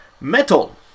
Metal